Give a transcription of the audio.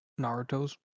Naruto's